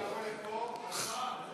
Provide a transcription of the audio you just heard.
למה שיבואו לפה?